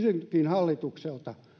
hallitukselta